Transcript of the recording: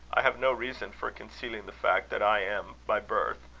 i have no reason for concealing the fact that i am, by birth,